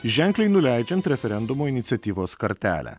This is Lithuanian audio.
ženkliai nuleidžiant referendumo iniciatyvos kartelę